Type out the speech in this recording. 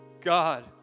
God